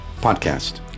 podcast